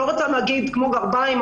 אני לא רוצה להגיד כמו גרביים,